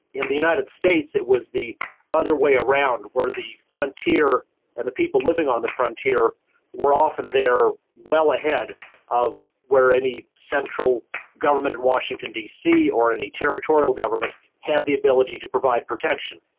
in the united states it was the other way around, where the frontier and the people living on the frontier were often there well ahead of where any central government in washington dc or any territorial government had the ability to provide protection.